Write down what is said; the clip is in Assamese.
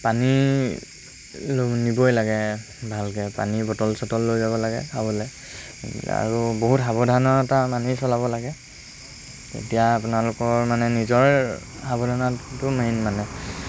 পানী নিবই লাগে ভালকৈ পানীৰ বটল চটল লৈ যাব লাগে খাবলৈ আৰু বহুত সাৱধানতা মানি চলাব লাগে তেতিয়া আপোনালোকৰ মানে নিজৰ সাৱধানতাতো মেইন মানে